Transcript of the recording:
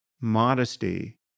modesty